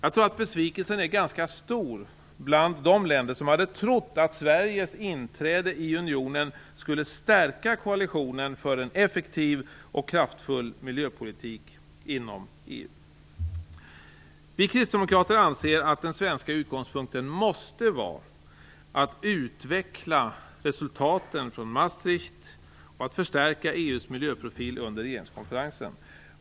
Jag tror att besvikelsen är ganska stor bland de länder som hade trott att Sveriges inträde i unionen skulle stärka koalitionen för en effektiv och kraftfull miljöpolitik inom EU. Vi kristdemokrater anser att den svenska utgångspunkten måste vara att utveckla resultaten från Maastricht och att förstärka EU:s miljöprofil under regeringskonferensen.